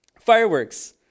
fireworks